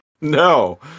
No